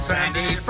Sandy